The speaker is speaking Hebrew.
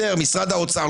משרד האוצר,